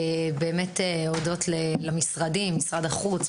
זה באמת הודות למשרדים משרד החוץ,